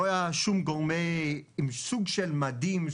לא היה סוג של מדים,